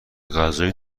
غذایی